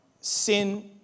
sin